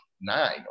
nine